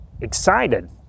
excited